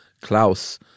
Klaus